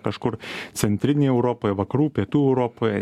kažkur centrinėj europoje vakarų pietų europoje